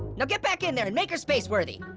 now get back in there and make her space-worthy.